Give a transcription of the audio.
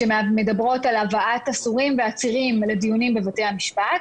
שמדברות על הבאת אסורים ועצירים לדיונים בבתי המשפט,